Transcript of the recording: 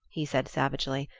he said savagely,